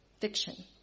fiction